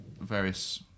various